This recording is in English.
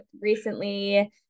recently